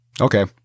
Okay